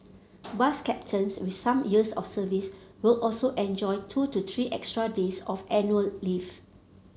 bus captains with some years of service will also enjoy two to three extra days of annual leave